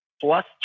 plus